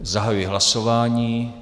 Zahajuji hlasování.